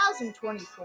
2024